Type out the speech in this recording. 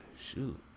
shoot